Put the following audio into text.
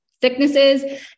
thicknesses